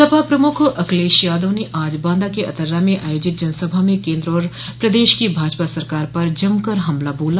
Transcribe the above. सपा प्रमुख अखिलेश यादव ने आज बांदा के अतर्रा में आयोजित जनसभा में केन्द्र और प्रदेश की भाजपा सरकार पर जमकर हमला बोला